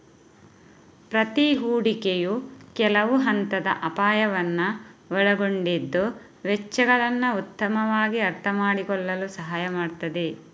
ಪ್ರತಿ ಹೂಡಿಕೆಯು ಕೆಲವು ಹಂತದ ಅಪಾಯವನ್ನ ಒಳಗೊಂಡಿದ್ದು ವೆಚ್ಚಗಳನ್ನ ಉತ್ತಮವಾಗಿ ಅರ್ಥಮಾಡಿಕೊಳ್ಳಲು ಸಹಾಯ ಮಾಡ್ತದೆ